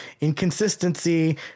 inconsistency